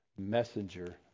messenger